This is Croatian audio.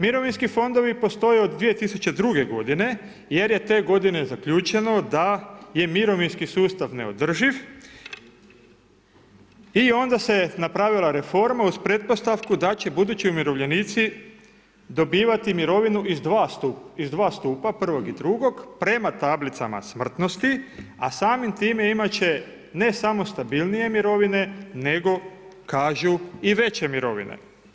Mirovinski fondovi postoje od 2002. godine jer je te godine zaključeno da je mirovinski sustav neodrživ i onda se napravila reforma uz pretpostavku da će budući umirovljenici dobivati mirovinu iz dva stupa, prvog i drugog, prema tablicama smrtnosti a samim time imat će ne samo stabilnije mirovine nego kažu, i veće mirovine.